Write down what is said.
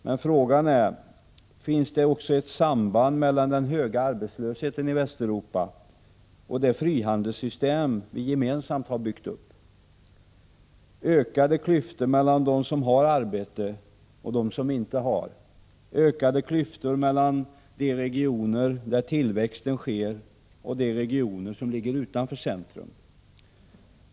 Men frågan är: Finns det ett samband mellan den höga arbetslösheten i Västeuropa och det frihandelssystem vi gemensamt har byggt upp? Det blir ökade klyftor mellan dem som har arbete och dem som inte har arbete, mellan de regioner där tillväxten sker och de regioner som ligger utanför centrum.